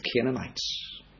Canaanites